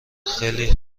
خیلی